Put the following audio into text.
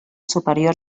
superior